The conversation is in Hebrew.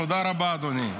תודה רבה, אדוני.